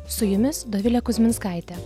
su jumis dovilė kuzminskaitė